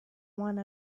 one